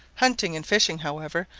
hunting and fishing, however,